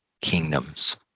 kingdoms